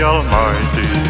Almighty